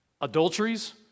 adulteries